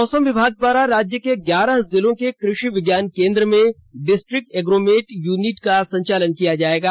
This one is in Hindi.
मौसम विभाग द्वारा राज्य के ग्यारह जिलों के कृषि विज्ञान केंद्र में डिस्ट्रिक्ट एग्रोमेट यूनिट का संचालन किया जाएगा